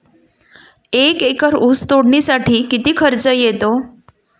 एक एकर ऊस तोडणीसाठी किती खर्च येतो?